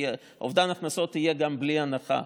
כי אובדן הכנסות יהיה גם בלי הנחה,